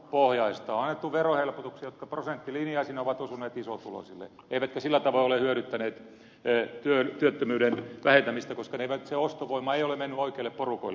on annettu verohelpotuksia jotka prosenttilinjaisina ovat osuneet isotuloisille eivätkä sillä tavoin ole hyödyttäneet työttömyyden vähentämistä koska se ostovoima ei ole mennyt oikeille porukoille